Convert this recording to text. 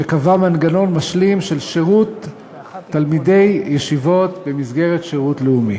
שקבע מנגנון משלים של שירות תלמידי ישיבות במסגרת שירות לאומי.